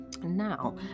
now